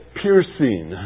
piercing